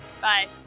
Bye